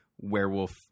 werewolf